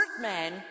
man